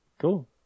Cool